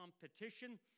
competition